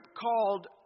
called